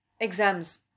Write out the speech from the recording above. exams